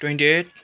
twenty eight